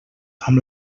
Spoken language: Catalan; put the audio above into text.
amb